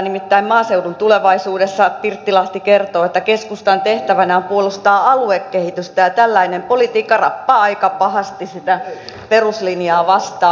nimittäin maaseudun tulevaisuudessa pirttilahti kertoo että keskustan tehtävänä on puolustaa aluekehitystä ja tällainen politiikka rappaa aika pahasti sitä peruslinjaa vastaan